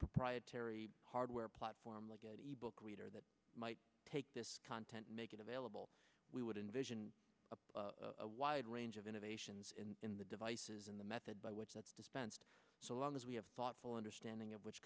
proprietary hardware platform like book reader that might take this content make it available we would invision a wide range of innovations in in the devices in the method by which that's dispensed so long as we have thoughtful understanding of which